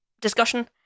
discussion